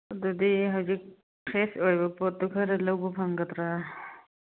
ꯑꯗꯨꯗꯤ ꯍꯧꯖꯤꯛ ꯐ꯭ꯔꯦꯁ ꯑꯣꯏꯕ ꯄꯣꯠꯇꯨ ꯈꯔ ꯂꯧꯕ ꯐꯪꯒꯗ꯭ꯔꯥ